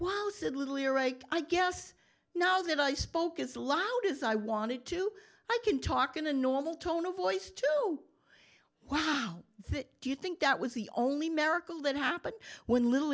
iraq i guess now that i spoke as loud as i wanted to i can talk in a normal tone of voice to wow do you think that was the only merican that happened when little